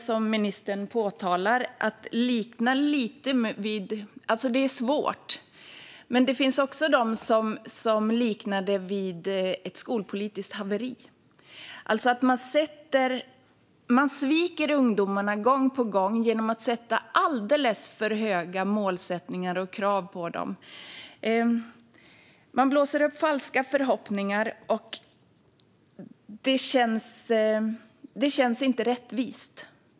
Som ministern påpekar är det svårt med svensk utbildning för nyanlända. Men en del liknar det vid ett skolpolitiskt haveri, alltså att man sviker ungdomarna gång på gång genom att ställa alldeles för höga krav på dem och ha alldeles för höga mål. Man blåser upp falska förhoppningar, och det känns inte rättvist.